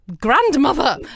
grandmother